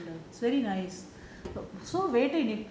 mm they all popular it's very nice